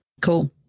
Cool